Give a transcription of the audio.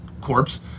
corpse